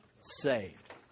saved